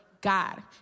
god